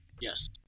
Yes